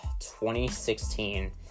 2016